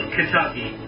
Kentucky